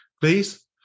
please